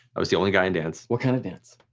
i was the only guy in dance. what kind of dance?